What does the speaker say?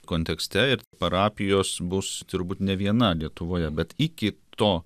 kontekste ir parapijos bus turbūt ne viena lietuvoje bet iki to